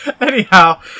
Anyhow